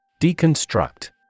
Deconstruct